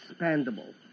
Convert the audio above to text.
expandable